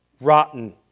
Rotten